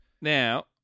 Now